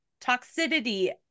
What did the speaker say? toxicity